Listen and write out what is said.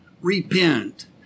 repent